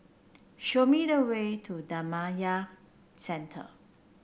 show me the way to Dhammakaya Centre